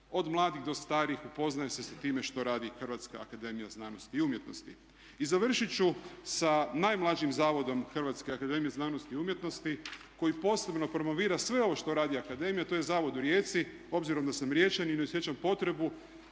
od mladih do starih upoznaje se sa time što radi Hrvatska akademija znanosti i umjetnosti. I završit ću sa najmlađim zavodom Hrvatske akademije znanosti i umjetnosti koji posebno promovira sve ovo što radi akademija. To je zavod u Rijeci. Obzirom da sam Riječanin osjećam potrebu